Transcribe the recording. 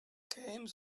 came